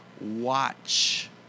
watch